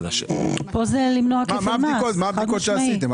מה הבדיקות שעשיתם?